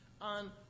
on